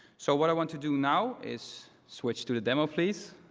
so what i want to do now is switch to the demo, please.